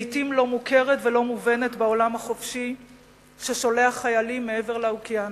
לעתים לא מוכרת ולא מובנת בעולם החופשי ששולח חיילים מעבר לאוקיינוס,